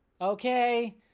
okay